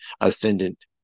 ascendant